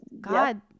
God